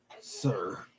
sir